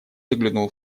заглянул